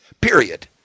period